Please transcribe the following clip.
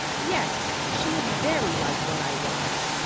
yes, she is very like what i was.